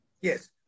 Yes